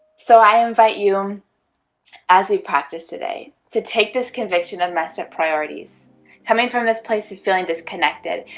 so i invite you as we practice today to take this conviction and messed up priorities coming from this place to feeling disconnected